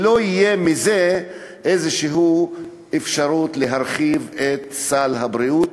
שלא תהיה מזה איזושהי אפשרות להרחיב את סל הבריאות,